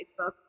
Facebook